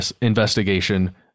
investigation